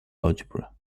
algebra